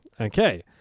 Okay